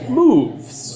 moves